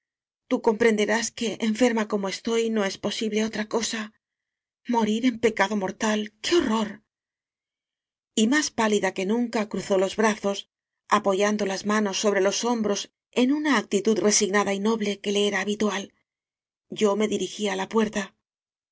tú comprende rás que enferma como estoy no es posible otra cosa morir en pecado mortal qué horror y más pálida que nunca cruzó los brazos apoyando las manos sobre los hombros en una actitud resignada y noble que le era ha bitual yo me dirigí á la puerta